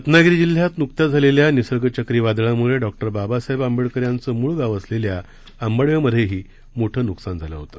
रत्नागिरी जिल्ह्यात नुकत्याच झालेल्या निसर्ग चक्रीवादळामुळे डॉक्टर बाबासाहेब आंबेडकर यांचं मूळ गाव असलेल्या अंबडवेमध्येही मोठं नुकसान झालं होतं